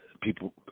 people